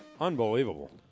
Unbelievable